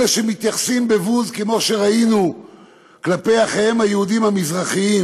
אלה שמתייחסים בבוז כמו שראינו כלפי אחיהם היהודים המזרחים,